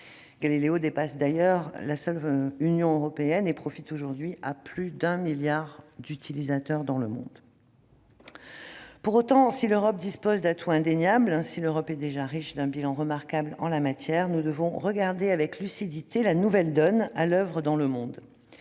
Galileo dépasse les frontières de la seule Union européenne et profite aujourd'hui à plus de 1 milliard d'utilisateurs dans le monde. Pour autant, si l'Europe dispose d'atouts indéniables, si elle est déjà riche d'un bilan remarquable en la matière, nous devons regarder avec lucidité la nouvelle donne à l'oeuvre dans le monde.